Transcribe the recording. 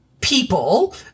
people